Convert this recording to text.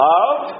Love